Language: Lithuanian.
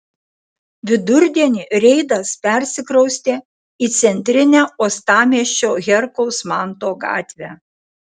vidurdienį reidas persikraustė į centrinę uostamiesčio herkaus manto gatvę